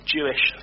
Jewish